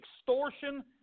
extortion